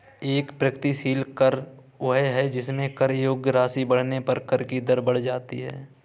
एक प्रगतिशील कर वह है जिसमें कर योग्य राशि बढ़ने पर कर की दर बढ़ जाती है